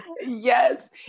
Yes